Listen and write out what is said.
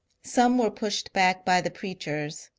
some were pushed back by the preachers,